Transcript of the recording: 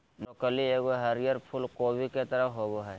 broccoli एगो हरीयर फूल कोबी के तरह होबो हइ